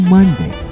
Monday